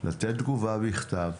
לתת תגובה בכתב.